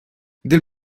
del